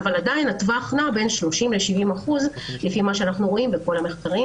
הטווח נע בין 30% ל-70% לפי מה שאנחנו רואים בכל המחקרים.